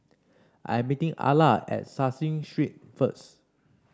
I'm meeting Alla at Caseen Street first